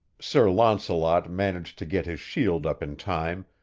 sir launcelot managed to get his shield up in time,